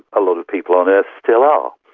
a lot of people on earth still are.